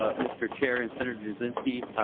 ah mr. chair and sen. jasinski.